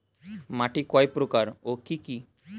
মাটি কয় প্রকার ও কি কি?